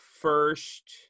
first